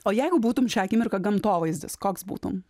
o jeigu būtum šią akimirką gamtovaizdis koks būtum